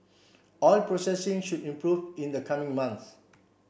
oil processing should improve in the coming months